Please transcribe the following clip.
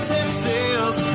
Texas